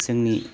जोंनि